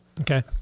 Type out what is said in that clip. Okay